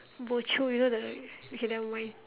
bo jio you know the word okay never mind